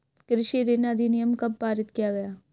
कृषि ऋण अधिनियम कब पारित किया गया?